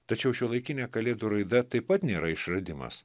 tačiau šiuolaikinė kalėdų raida taip pat nėra išradimas